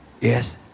Yes